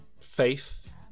Faith